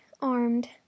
armed